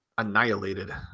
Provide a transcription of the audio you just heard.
annihilated